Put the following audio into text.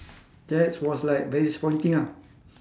that's was like very disappointing ah